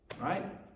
right